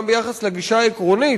גם ביחס לגישה העקרונית,